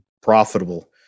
profitable